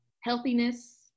healthiness